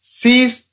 sees